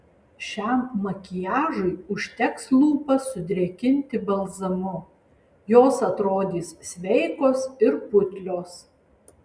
šiam makiažui užteks lūpas sudrėkinti balzamu jos atrodys sveikos ir putlios